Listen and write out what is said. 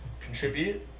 contribute